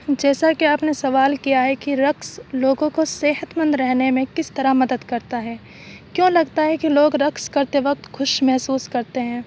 جیسا کے آپ نے سوال کیا ہے کہ رقص لوگوں کو صحت مند رہنے میں کس طرح مدد کرتا ہے کیوں لگتا ہے کہ لوگ رقص کرتے وقت خوش محسوس کرتے ہیں